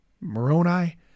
moroni